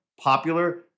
popular